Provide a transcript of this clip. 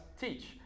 teach